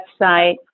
website